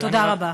תודה רבה.